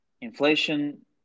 inflation